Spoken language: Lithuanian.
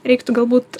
reiktų galbūt